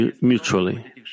mutually